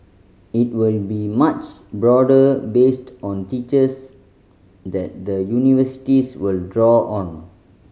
it will be much broader based on teachers that the universities will draw on